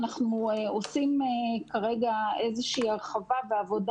אנחנו עושים כרגע איזושהי הרחבה ועבודה